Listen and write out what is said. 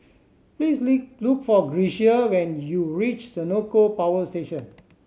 please look for Grecia when you reach Senoko Power Station